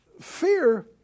Fear